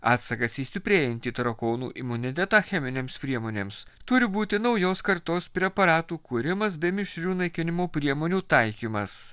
atsakas į stiprėjantį tarakonų imunitetą cheminėms priemonėms turi būti naujos kartos preparatų kūrimas bei mišrių naikinimo priemonių taikymas